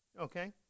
Okay